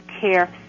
care